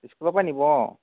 স্কুলৰ পৰা নিব অঁ